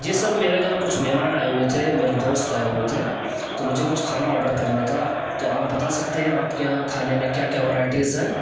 جی sir میرے گھر کچھ مہمان آئے ہوئے تھے میرے دوست آئے ہوئے تھے تو مجھے کچھ کھانا آرڈر کرنا تھا تو آپ بتا سکتے ہیں آپ کے یہاں کھانے میں کیا کیا ورائٹیز ہیں